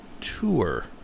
Tour